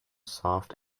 soft